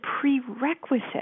prerequisite